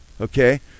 Okay